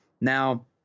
Now